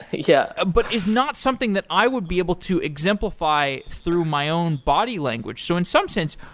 yeah ah but is not something that i would be able to exemplify through my own body language. so in some sense,